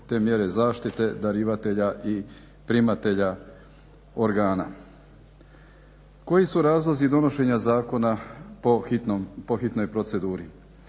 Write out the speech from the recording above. te mjere zaštite darivatelja i primatelja organa. Koji su razlozi donošenja zakona po hitnoj proceduri?